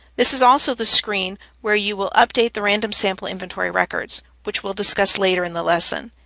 this is also the screen where you will update the random sample inventory records which we'll discuss later in the lesson.